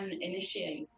initiate